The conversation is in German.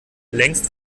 längst